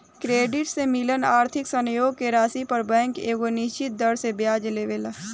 credit से मिलल आर्थिक सहयोग के राशि पर बैंक एगो निश्चित दर से ब्याज लेवेला